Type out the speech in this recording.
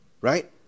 right